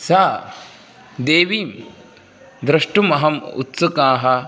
सा देवीं द्रष्टुमहम् उत्सुकः